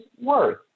worth